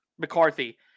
McCarthy